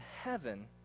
heaven